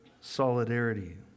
solidarity